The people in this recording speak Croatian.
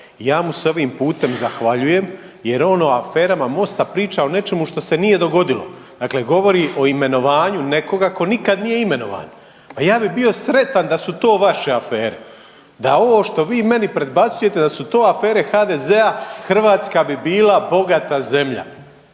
ja mu se ovim putem zahvaljujem jer on o aferama Mosta priča o nečemu što se nije dogodilo. Dakle govori o imenovanju nekoga tko nikad nije imenovan, pa ja bi bio sretan da su to vaše afere, da ovo što vi meni predbacujete da su to afere HDZ-a Hrvatska bi bila bogata zemlja,